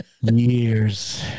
years